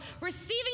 receiving